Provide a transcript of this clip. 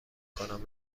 کنم